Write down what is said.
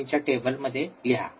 ३ आपल्या टेबलमध्ये लिहा